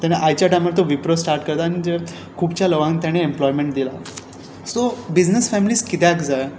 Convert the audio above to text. ताणें आयच्या टायमार तो विप्रो स्टार्ट करता आनी जे खुबश्या लोकांक ताणें एम्प्लॉयमँट दिलां सो बिजनस फॅमिलीज कित्याक जाय